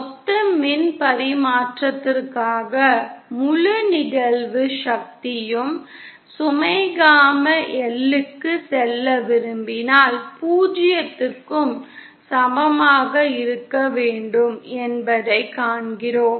மொத்த மின் பரிமாற்றத்திற்காக முழு நிகழ்வு சக்தியும் சுமை காமா Lக்கு செல்ல விரும்பினால் 0 க்கு சமமாக இருக்க வேண்டும் என்பதைக் காண்கிறோம்